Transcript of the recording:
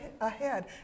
ahead